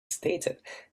stated